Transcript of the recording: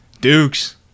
Dukes